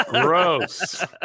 Gross